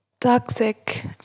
Toxic